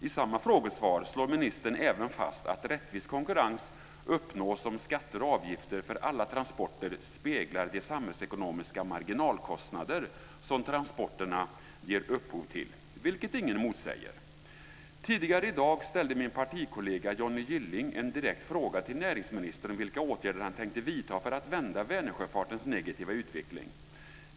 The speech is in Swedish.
I samma frågesvar slår ministern även fast att rättvis konkurrens uppnås om skatter och avgifter för alla transporter speglar de samhällsekonomiska marginalkostnader som transporterna ger upphov till, vilket ingen motsäger. Tidigare i dag ställde min partikollega Johnny Gylling en direkt fråga till näringsministern om vilka åtgärder han tänkte vidta för att vända Vänersjöfartens negativa utveckling.